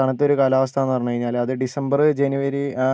തണുത്തൊരു കാലാവസ്ഥാന്ന് പറഞ്ഞു കഴിഞ്ഞാൽ അത് ഡിസംബറ് ജനുവരി ആ